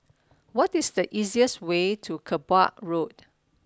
what is the easiest way to Kerbau Road